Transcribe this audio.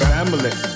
Family